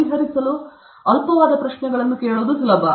ಪರಿಹರಿಸಲು ಅಲ್ಪವಾದ ಪ್ರಶ್ನೆಗಳನ್ನು ಕೇಳುವುದು ಸುಲಭ